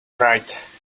write